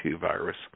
virus